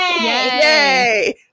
Yay